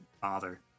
bother